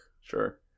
Sure